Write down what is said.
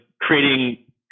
creating